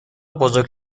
بزرگ